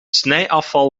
snijafval